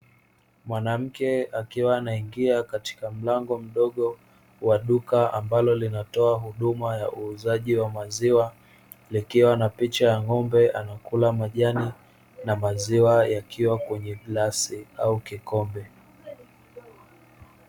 Mwanamke akiwa anaingia katika mlango mdogo; wa duka ambalo linatoa huduma ya uuzaji wa maziwa, likiwa na picha ya ng'ombe anakula majani na maziwa yakiwa kwenye glasi au kikombe.